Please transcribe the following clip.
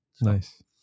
nice